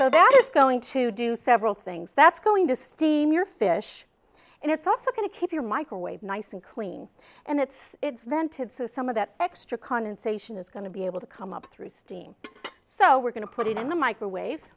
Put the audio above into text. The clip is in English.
so that it's going to do several things that's going to steam your fish and it's also going to keep your microwave nice and clean and it's vented so some of that extra condensation is going to be able to come up through steam so we're going to put it in the microwave